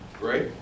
great